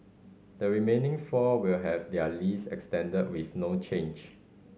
the remaining four will have their lease extended with no change